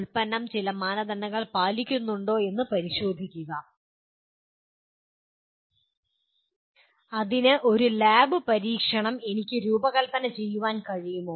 ഉൽപ്പന്നം ചില മാനദണ്ഡങ്ങൾ പാലിക്കുന്നുണ്ടോയെന്ന് പരിശോധിക്കുന്ന ഒരു ലാബ് പരീക്ഷണം എനിക്ക് രൂപകൽപ്പന ചെയ്യാൻ കഴിയുമോ